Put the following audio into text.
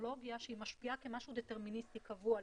כטכנולוגיה שהיא משפיעה כמשהו דטרמיניסטי קבוע,